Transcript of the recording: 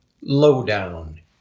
Lowdown